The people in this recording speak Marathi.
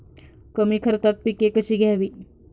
कमी खर्चात पिके कशी घ्यावी?